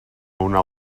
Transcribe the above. una